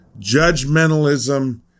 judgmentalism